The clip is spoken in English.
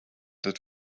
that